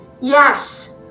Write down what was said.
yes